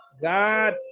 God